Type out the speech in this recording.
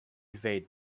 evade